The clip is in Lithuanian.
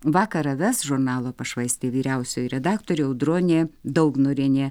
vakarą ves žurnalo pašvaistė vyriausioji redaktorė audronė daugnorienė